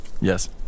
Yes